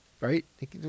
right